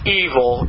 evil